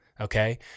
okay